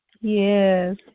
Yes